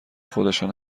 خودشان